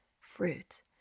fruit